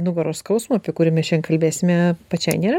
nugaros skausmo apie kurį šian kalbėsime pačiai nėra